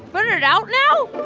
but and out now?